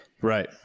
right